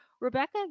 Rebecca